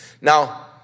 Now